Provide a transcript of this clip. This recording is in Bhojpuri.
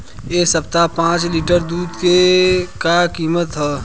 एह सप्ताह पाँच लीटर दुध के का किमत ह?